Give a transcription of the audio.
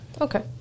okay